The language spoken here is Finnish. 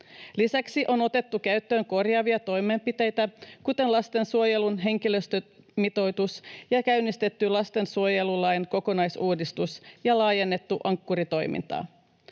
Lisäksi on otettu käyttöön korjaavia toimenpiteitä, kuten lastensuojelun henkilöstömitoitus, ja käynnistetty lastensuojelulain kokonaisuudistus ja laajennettu Ankkuri-toimintaa.